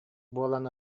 буолан